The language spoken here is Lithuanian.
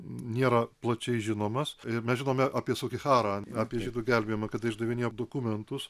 nėra plačiai žinomas ir mes žinome apie sugiharą apie žydų gelbėjimą kada išdavinėjo dokumentus